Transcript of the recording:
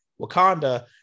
Wakanda